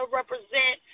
represent